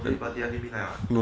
birthday party until midnight ah